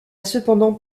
cependant